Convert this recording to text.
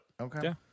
Okay